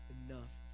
enough